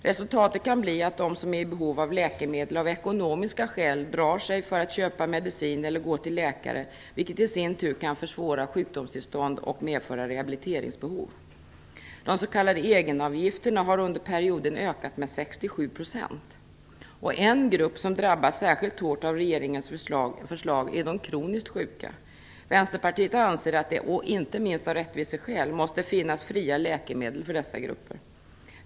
Resultatet kan bli att de som är i behov av läkemedel av ekonomiska skäl drar sig för att köpa medicin eller gå till läkare, vilket i sin tur kan försvåra sjukdomstillstånd och medföra rehabiliteringsbehov. De s.k. egenavgifterna har under perioden ökat med 67 %. En grupp som drabbas särskilt hårt av regeringens förslag är de kroniskt sjuka. Vänsterpartiet anser att det, inte minst av rättviseskäl, måste finnas fria läkemedel för dessa grupper.